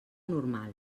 normal